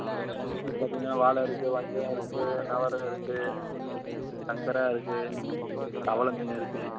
என்ன இப்போ நம்ம கிட்டே பார்த்தீங்கன்னா வாளை இருக்குது வஞ்சிரம் இருக்குது நகர இருக்குது சங்கரா இருக்குது தவளை மீன் இருக்குது